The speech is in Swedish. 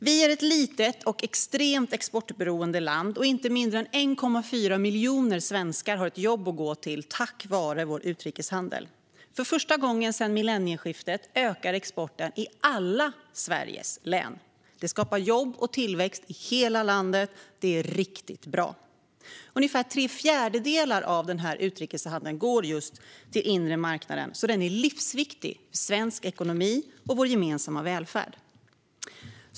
Vi är ett litet och extremt exportberoende land, och inte mindre än 1,4 miljoner svenskar har ett jobb att gå till tack vare vår utrikeshandel. För första gången sedan millennieskiftet ökar exporten i alla Sveriges län. Det skapar jobb och tillväxt i hela landet. Det är riktigt bra! Ungefär tre fjärdedelar av utrikeshandeln går just till den inre marknaden, så den är livsviktig för svensk ekonomi och vår gemensamma välfärd.